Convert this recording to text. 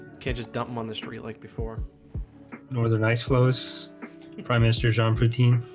just dump them on the street like before northern ice flows the prime minister john fourteen